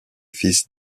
fils